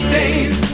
days